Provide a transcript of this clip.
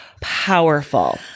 powerful